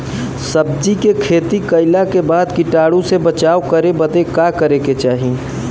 सब्जी के खेती कइला के बाद कीटाणु से बचाव करे बदे का करे के चाही?